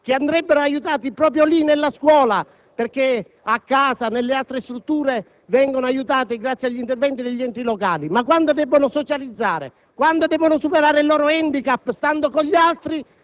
sostegno, quei deboli della società che andrebbero aiutati proprio lì nella scuola (perché a casa, nelle altre strutture, vengono aiutati grazie agli interventi degli enti locali): quando devono socializzare,